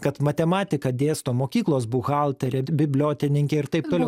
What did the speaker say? kad matematiką dėsto mokyklos buhalterė bibliotekininkė ir taip toliau